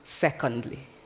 secondly